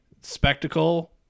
spectacle